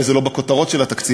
אולי זה לא בכותרות של התקציב,